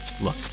Look